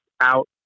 out